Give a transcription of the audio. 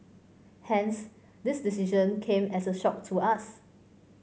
hence this decision came as a shock to us